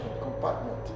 compartment